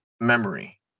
memory